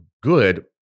good